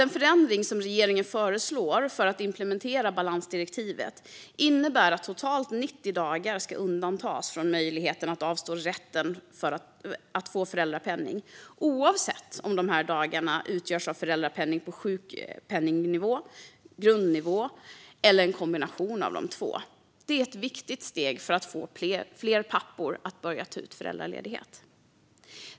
Den förändring som regeringen föreslår för att implementera balansdirektivet innebär att totalt 90 dagar ska undantas från möjligheten att avstå rätten att få föräldrapenning, oavsett om dessa dagar utgörs av föräldrapenning på sjukpenningnivå eller grundnivå eller en kombination av dessa två. Detta är ett viktigt steg för att få fler pappor att börja ta ut föräldraledighet.